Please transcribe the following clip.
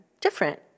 different